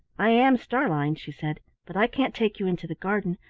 i am starlein, she said, but i can't take you into the garden,